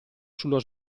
sullo